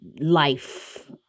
life